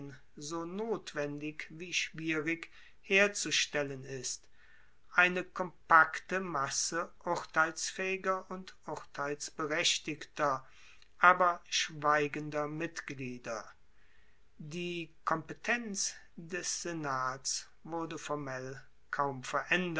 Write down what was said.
so notwendig wie schwierig herzustellen ist eine kompakte masse urteilsfaehiger und urteilsberechtiger aber schweigender mitglieder die kompetenz des senats wurde formell kaum